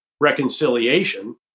reconciliation